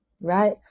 Right